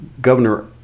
Governor